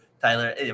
Tyler